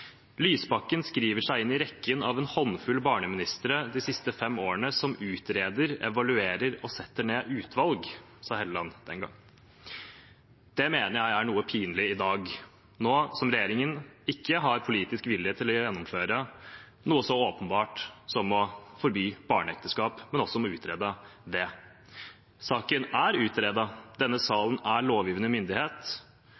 skriver seg inn i rekken av en håndfull barneministre de siste fem årene som utreder, evaluerer og setter ned utvalg.» Det mener jeg er noe pinlig i dag, når regjeringen ikke har politisk vilje til å gjennomføre noe så åpenbart som å forby barneekteskap, men må utrede også det. Saken er utredet. Denne